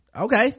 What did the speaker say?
okay